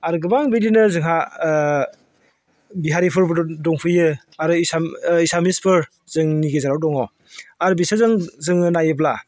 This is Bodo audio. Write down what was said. आरो गोबां बिदिनो जोंहा बिहारिफोरबो दंफैयो आरो एसामिसफोर जोंनि गेजेराव दङ आरो बिसोरजों जोङो नायोब्ला